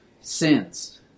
sins